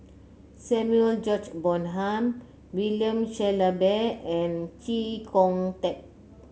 Samuel George Bonham William Shellabear and Chee Kong Tet